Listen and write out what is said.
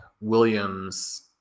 Williams